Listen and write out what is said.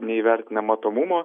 neįvertina matomumo